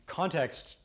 context